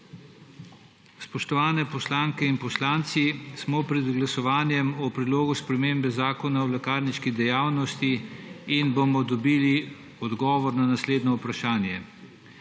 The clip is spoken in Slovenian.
Spoštovane poslanke in poslanci, smo pred glasovanjem o predlogu spremembe zakona o lekarniški dejavnosti in bomo dobili odgovor na naslednje vprašanje: